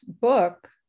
book